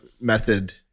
method